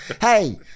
Hey